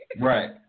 Right